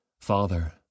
Father